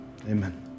amen